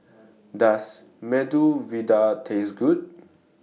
Does Medu Vada Taste Good